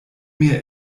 mir